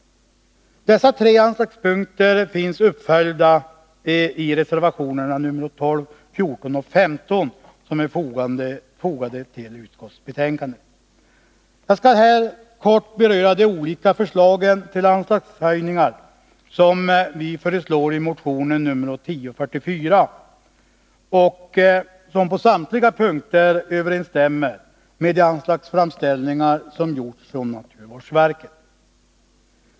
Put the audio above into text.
Dessa tre anslagspunkter har uppföljts i reservationerna nr 12, 14 och 15, som är fogade till utskottsbetänkandet. Jag skall här helt kort beröra de olika anslagshöjningar som vi föreslår i motion 1044 och som på samtliga punkter överensstämmer med de anslagsframställningar som gjorts av naturvårdsverket.